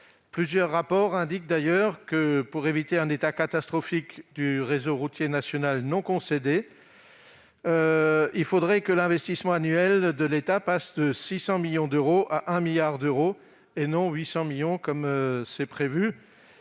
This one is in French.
Plusieurs rapports indiquent d'ailleurs que, pour éviter un état catastrophique du réseau routier national non concédé, il faudrait que l'investissement annuel de l'État passe de 600 millions d'euros à 1 milliard d'euros, et non à 800 millions comme c'est prévu.